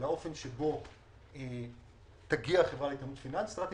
לאופן שבו תגיע החברה לאיתנות פיננסית והיא